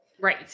Right